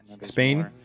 Spain